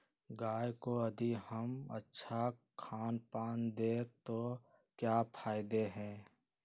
गाय को यदि हम अच्छा खानपान दें तो क्या फायदे हैं?